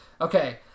Okay